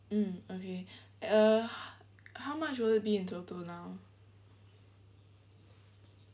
mm okay uh how much would it be in total now